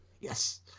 Yes